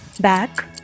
Back